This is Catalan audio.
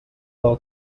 del